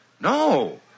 No